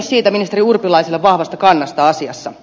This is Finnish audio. kiitos ministeri urpilaiselle vahvasta kannasta asiassa